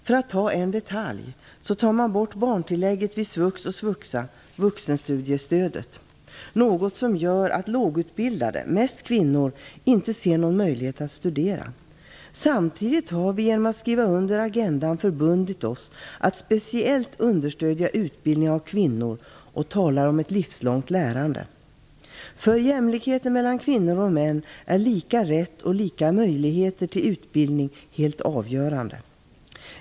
För att peka på en detalj tar man bort barntillägget vid SVUX och SVUXA, vuxenstudiestödet, något som gör att lågutbildade, mest kvinnor, inte ser någon möjlighet att studera. Samtidigt har vi genom att skriva under agendan förbundit oss att speciellt understödja utbildning av kvinnor, och vi talar om ett livslångt lärande. För jämlikheten mellan kvinnor och män är lika rätt och lika möjligheter till utbildning helt avgörande.